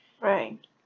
Right